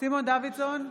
סימון דוידסון,